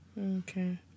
Okay